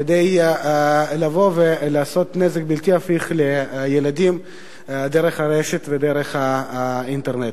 כדי לבוא ולעשות נזק בלתי הפיך לילדים דרך הרשת ודרך האינטרנט.